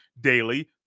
daily